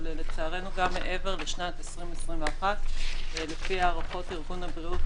לצערנו גם מעבר לשנת 2021. לפי הערכות ארגון הבריאות